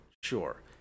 sure